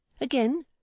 Again